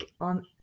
on